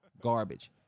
garbage